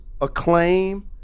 acclaim